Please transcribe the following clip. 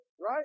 right